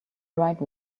right